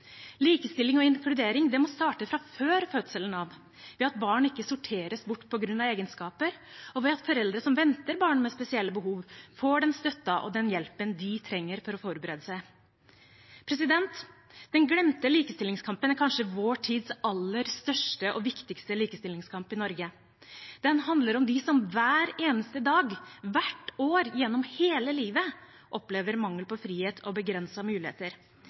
Likestilling og inkludering må starte fra før fødselen av ved at barn ikke sorteres bort på grunn av egenskaper, og ved at foreldre som venter barn med spesielle behov, får den støtten og den hjelpen de trenger for å forberede seg. Den glemte likestillingskampen er kanskje vår tids aller største og viktigste likestillingskamp i Norge. Den handler om de som hver eneste dag hvert år gjennom hele livet opplever mangel på frihet og begrensede muligheter